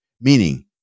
Meaning